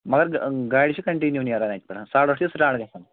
مگر مےٚ گٲڈِ چِھےٚ کَنٹِنیو نیران اَتہِ پٮ۪ٹھ ساڑٕ ٲٹھ چھِ سٹاٹ گژھان